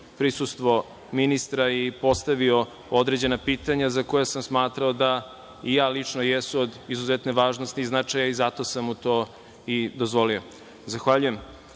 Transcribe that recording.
prisustvo ministra i postavio određena pitanja za koja sam smatrao i ja lično, da jesu od izuzetne važnosti i značaja i zato sam mu to i dozvolio. Zahvaljujem. Nastavljamo